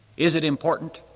is it important?